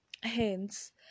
hence